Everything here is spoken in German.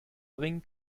bringen